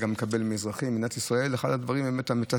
תוצאה המכפילה את זמן הנסיעה בציר?